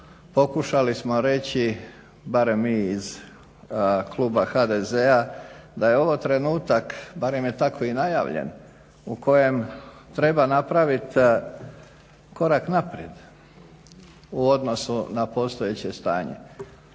pokušali smo reći, barem mi iz kluba HDZ-a da je ovo trenutak, barem je tako i najavljen, u kojem treba napravit korak naprijed u odnosu na postojeće stanje